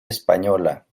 española